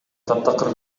таптакыр